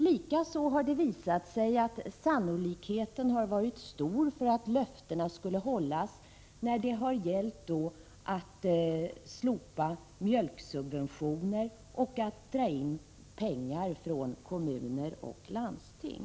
Likaså har det visat sig att sannolikheten har varit stor för att löftena skulle hållas när det gällt att slopa mjölksubventioner och dra in pengar från kommuner och landsting.